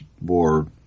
more